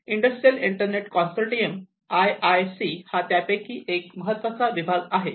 industrial internet consortium I I C हा त्यापैकी एक महत्त्वाचा विभाग आहे